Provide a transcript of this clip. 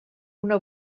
una